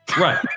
Right